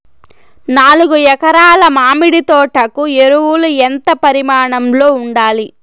నాలుగు ఎకరా ల మామిడి తోట కు ఎరువులు ఎంత పరిమాణం లో ఉండాలి?